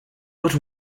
but